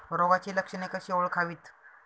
रोगाची लक्षणे कशी ओळखावीत?